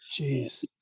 Jeez